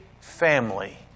family